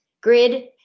grid